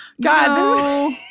God